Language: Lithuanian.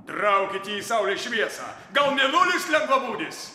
traukit jį į saulės šviesą gal mėnulis lengvabūdis